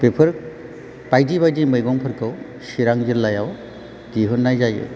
बेफोर बायदि बायदि मैगंफोरखौ चिरां जिल्लायाव दिहुननाय जायो